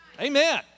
amen